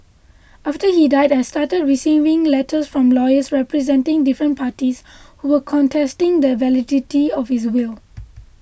after he died I started receiving letters from lawyers representing different parties who were contesting the validity of his will